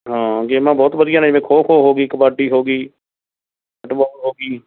ਹਾਂ ਗੇਮਾਂ ਬਹੁਤ ਵਧੀਆ ਨੇ ਜਿਵੇਂ ਖੋ ਖੋ ਹੋ ਗਈ ਕਬੱਡੀ ਹੋ ਗਈ ਫੁਟਬਾਲ ਹੋ ਗਈ